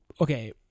okay